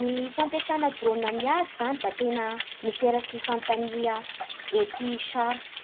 Ny fampiasana ny drôna amin'ny ady zany da miterana fanontania ety sarotsy,